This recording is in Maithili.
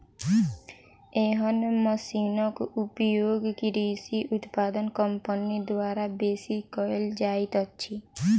एहन मशीनक उपयोग कृषि उत्पाद कम्पनी द्वारा बेसी कयल जाइत अछि